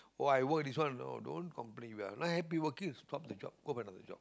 oh I were this one and all don't complain you know stop the job go to another job